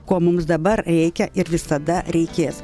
ko mums dabar reikia ir visada reikės